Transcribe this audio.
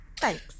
Thanks